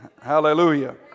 Hallelujah